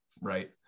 right